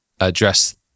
address